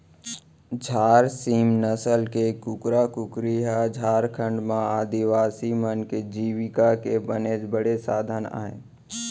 झार सीम नसल के कुकरा कुकरी ह झारखंड म आदिवासी मन के जीविका के बनेच बड़े साधन अय